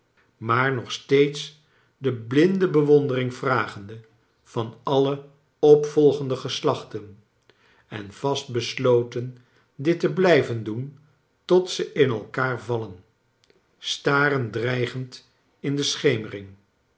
maar nog steeds de blinde bewondering vragende van alle opvolgende geslachten en vastbesloten dit te blijven doen tot ze in elkaar vallen staren dreigend in de schemering